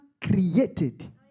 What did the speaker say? created